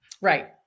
Right